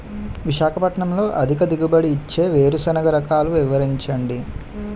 విశాఖపట్నంలో అధిక దిగుబడి ఇచ్చే వేరుసెనగ రకాలు వివరించండి?